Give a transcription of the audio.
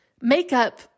Makeup